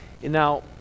Now